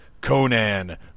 Conan